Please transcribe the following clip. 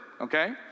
Okay